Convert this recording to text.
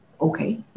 Okay